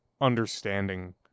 understanding